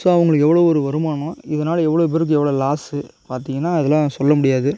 so அவங்களுக்கு எவ்வளோ ஒரு வருமானம் இதனால எவ்வளோ பேருக்கு எவ்வளோ லாஸு பார்த்திங்கனா அதெலாம் சொல்ல முடியாது